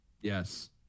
Yes